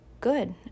good